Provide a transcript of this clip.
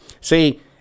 See